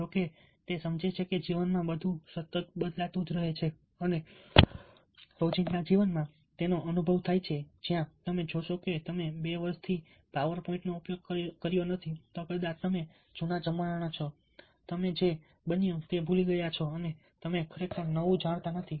જો કે તે સમજે છે કે જીવનમાં બધું જ સતત બદલાતું રહે છે અને રોજિંદા જીવનમાં તેનો અનુભવ થાય છે જ્યાં તમે જોશો કે જો તમે 2 વર્ષથી પાવર પોઈન્ટનો ઉપયોગ કર્યો નથી તો કદાચ તમે જૂના જમાનાના છો તમે જે બન્યું તે ભૂલી ગયા છો અને તમે ખરેખર નવું જાણતા નથી